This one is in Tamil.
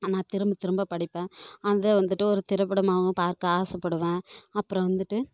நான் திரும்ப திரும்ப படிப்பேன் அதை வந்துட்டு ஒரு திரைப்படமாகவும் பார்க்க ஆசைப்படுவேன் அப்புறோம் வந்துட்டு